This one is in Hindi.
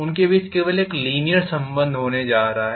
उनके बीच केवल एक लीनीयर संबंध होने जा रहा है